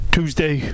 Tuesday